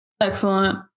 Excellent